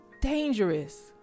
dangerous